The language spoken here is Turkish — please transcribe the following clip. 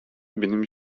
benim